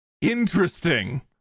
interesting